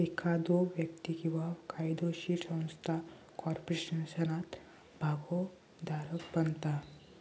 एखादो व्यक्ती किंवा कायदोशीर संस्था कॉर्पोरेशनात भागोधारक बनता